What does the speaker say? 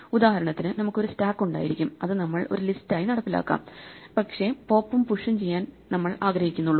ഉദാഹരണത്തിന് നമുക്ക് ഒരു സ്റ്റാക്ക് ഉണ്ടായിരിക്കും അത് നമ്മൾ ഒരു ലിസ്റ്റായി നടപ്പിലാക്കാം പക്ഷേ പോപ്പും പുഷും ചെയ്യാൻ നമ്മൾ ആഗ്രഹിക്കുന്നുള്ളൂ